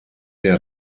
der